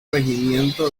regimiento